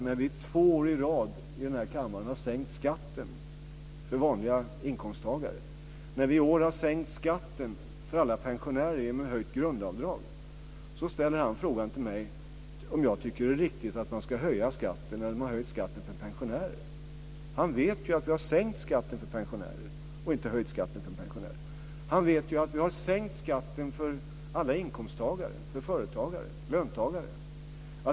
När vi två år i rad i den här kammaren har sänkt skatten för vanliga inkomsttagare, när vi i år har sänkt skatten för alla pensionärer genom ett höjt grundavdrag, ställer han frågan till mig om jag tycker att det är riktigt att man ska höja skatten när man har höjt skatten för pensionärer. Han vet ju att vi har sänkt skatten för pensionärer, inte höjt skatten för pensionärer. Han vet ju att vi har sänkt skatten för alla inkomsttagare, företagare, löntagare.